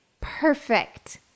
perfect